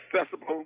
accessible